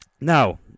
Now